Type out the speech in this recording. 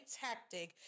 tactic